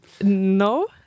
No